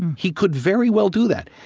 he could very well do that.